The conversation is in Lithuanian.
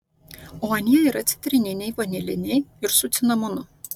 o anie yra citrininiai vaniliniai ir su cinamonu